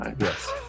Yes